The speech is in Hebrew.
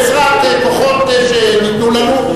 בעזרת כוחות שניתנו לנו,